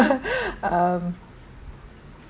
um